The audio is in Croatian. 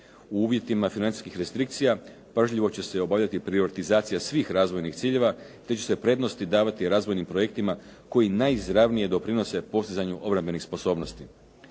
u uvjetima financijskih restrikcija pažljivo će se obavljati priorizacija svih razvojnih ciljeva te će se prednosti davati razvojnim projektima koji najizravnije doprinose postizanju obrambenih sposobnosti.